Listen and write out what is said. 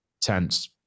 tense